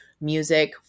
music